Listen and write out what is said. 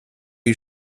you